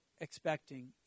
expecting